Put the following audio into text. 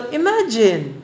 imagine